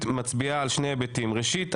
פ/2314/25,